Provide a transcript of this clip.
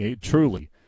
Truly